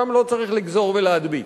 שם לא צריך לגזור ולהדביק.